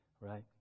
right